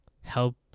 help